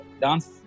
dance